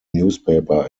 newspaper